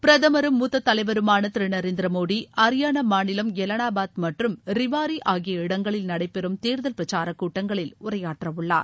பிரதமரும் மூத்த தலைவருமான திரு நரேந்திர மோடி ஹரியானா மாநிலம் எலனாபாத் மற்றும் ரிவாரி ஆகிய இடங்களில் நடைபெறும் தேர்தல் பிரச்சார கூட்டங்களில் உரையாற்றவுள்ளார்